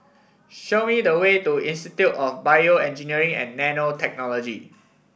show me the way to Institute of BioEngineering and Nanotechnology